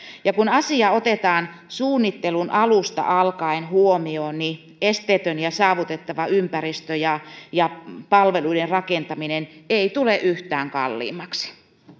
kun asia otetaan suunnittelun alusta alkaen huomioon esteetön ja saavutettava ympäristö ja ja palveluiden rakentaminen ei tule yhtään kalliimmaksi